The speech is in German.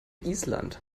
island